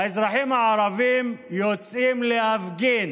האזרחים הערבים יוצאים להפגין